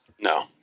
No